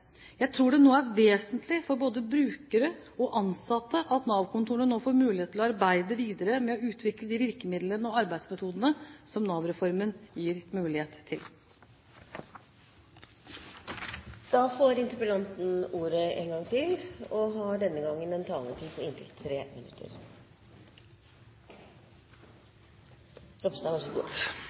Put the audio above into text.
Jeg tror det er vesentlig for både brukere og ansatte at Nav-kontorene nå får mulighet til å arbeide videre med å utvikle de virkemidlene og arbeidsmetodene som Nav-reformen gir mulighet til. Jeg vil takke statsråden for svaret. Jeg skal ikke påstå at statsråden har